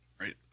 Right